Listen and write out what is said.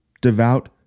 devout